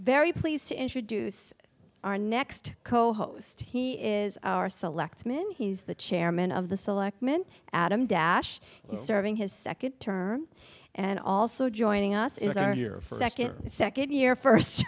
very pleased to introduce our next co host he is our selectmen he's the chairman of the selectmen adam dash serving his second term and also joining us is our year for second year first